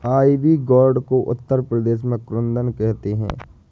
ivy gourd को उत्तर प्रदेश में कुद्रुन कहते हैं